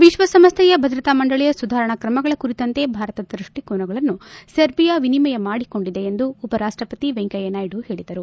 ವಿಶ್ವಸಂಸ್ಥೆಯ ಭದ್ರತಾ ಮಂಡಳಿಯ ಸುಧಾರಣಾ ಕ್ರಮಗಳ ಕುರಿತಂತೆ ಭಾರತದ ದೃಷ್ಟಿಕೋನಗಳನ್ನು ಸೆರ್ಬಿಯಾ ವಿನಿಮಯ ಮಾಡಿಕೊಂಡಿದೆ ಎಂದು ಉಪರಾಷ್ಟಪತಿ ವೆಂಕಯ್ಯನಾಯ್ಡು ಹೇಳಿದರು